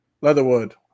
Leatherwood